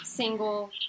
single